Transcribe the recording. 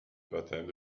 baptême